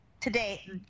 today